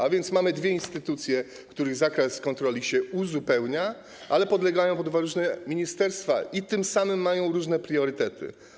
A więc mamy dwie instytucje, których zakres kontroli się uzupełnia, a które podlegają pod dwa różne ministerstwa i tym samym mają różne priorytety.